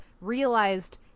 realized